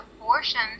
abortions